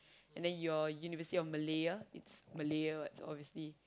and then your University-of-Malaya it's Malaya what so obviously